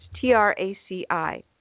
T-R-A-C-I